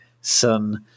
son